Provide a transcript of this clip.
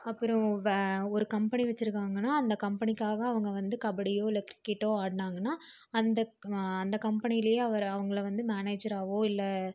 அப்புறம் ஒரு கம்பெனி வச்சுருக்காங்கன்னா அந்த கம்பெனிக்காக அவங்க வந்து கபடியோ இல்லை கிரிக்கெட்டோ ஆடினாங்கன்னா அந்த அந்த கம்பெனிலேயே அவரை அவங்கள வந்து மேனேஜராகவோ இல்லை